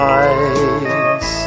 eyes